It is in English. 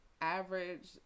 average